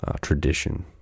tradition